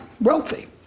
wealthy